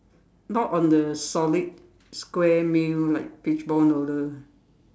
not on the solid square meal like fishball noodle